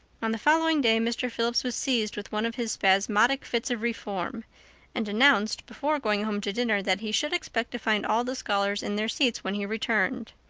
on the following day mr. phillips was seized with one of his spasmodic fits of reform and announced before going home to dinner, that he should expect to find all the scholars in their seats when he returned.